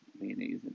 mayonnaise